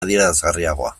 adierazgarriagoa